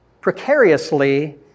precariously